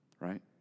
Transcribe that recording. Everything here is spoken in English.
right